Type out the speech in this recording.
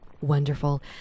Wonderful